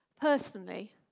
Personally